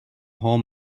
whole